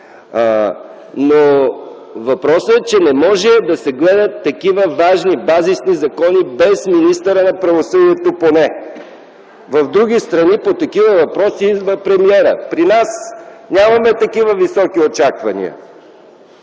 Въпросът е, че не може да се гледат такива важни, базисни закони без министърът на правосъдието, поне. В други страни по такива въпроси идва премиерът. При нас нямаме такива високи очаквания!